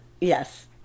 yes